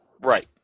Right